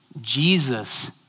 Jesus